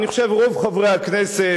אני חושב רוב חברי הכנסת,